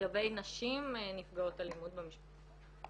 לגבי נשים נפגעות אלימות במשפחה.